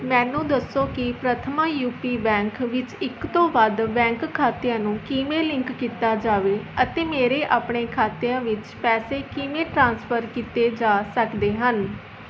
ਮੈਨੂੰ ਦੱਸੋ ਕਿ ਪ੍ਰਥਮਾ ਯੂ ਪੀ ਬੈਂਕ ਵਿੱਚ ਇੱਕ ਤੋਂ ਵੱਧ ਬੈਂਕ ਖਾਤਿਆਂ ਨੂੰ ਕਿਵੇਂ ਲਿੰਕ ਕੀਤਾ ਜਾਵੇ ਅਤੇ ਮੇਰੇ ਆਪਣੇ ਖਾਤਿਆਂ ਵਿੱਚ ਪੈਸੇ ਕਿਵੇਂ ਟ੍ਰਾਂਸਫਰ ਕੀਤੇ ਜਾ ਸਕਦੇ ਹਨ